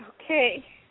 Okay